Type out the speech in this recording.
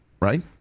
Right